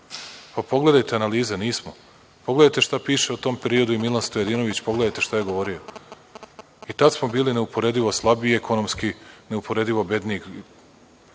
Pa, pogledajte analize, nismo. Pogledajte šta piše o tom periodu i Milan Stojadinović, pogledajte šta je govorio. I tada smo bili neuporedivo slabiji ekonomski, neuporedivo bedniji.